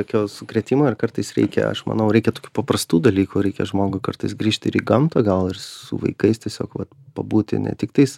tokio sukrėtimo ir kartais reikia aš manau reikia tokių paprastų dalykų reikia žmogui kartais grįžti ir į gamtą gal ir su vaikais tiesiog vat pabūti ne tiktais